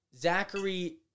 Zachary